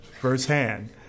firsthand